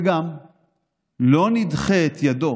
וגם לא נדחה את ידו